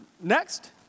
Next